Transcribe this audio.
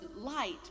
light